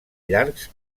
llargs